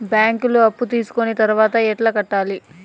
బ్యాంకులో అప్పు తీసుకొని తర్వాత ఎట్లా కట్టాలి?